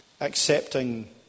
accepting